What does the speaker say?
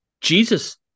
Jesus